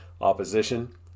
opposition